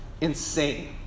insane